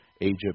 Egypt